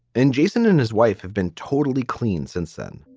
and jason and his wife have been totally clean since then.